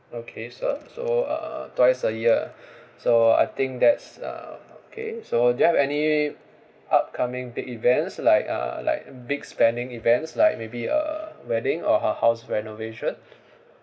okay sir so uh twice a year so I think that's uh okay so do you have any upcoming big events like a like big spending events like maybe a wedding or a house renovation